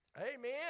Amen